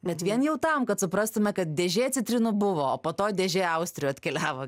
bet vien jau tam kad suprastume kad dėžė citrinų buvo po to dėžė austrių atkeliavo